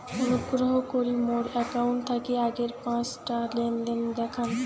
অনুগ্রহ করি মোর অ্যাকাউন্ট থাকি আগের পাঁচটা লেনদেন দেখান